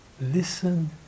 listen